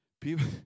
People